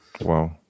Wow